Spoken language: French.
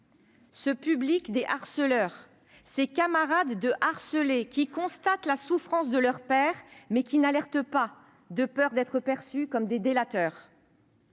ce public des harceleurs, ces camarades des harcelés, qui constatent la souffrance de leurs pairs, mais qui ne donnent pas l'alarme de peur d'être perçus comme des délateurs.